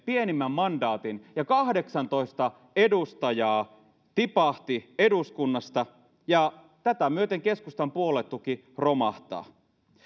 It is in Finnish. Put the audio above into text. pienimmän mandaatin sataan vuoteen ja kahdeksantoista edustajaa tipahti eduskunnasta ja tätä myöten keskustan puoluetuki romahtaa